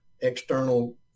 external